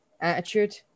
attitude